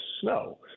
snow